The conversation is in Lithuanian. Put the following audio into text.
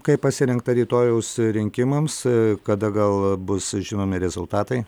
kaip pasirinkta rytojaus rinkimams kada gal bus žinomi rezultatai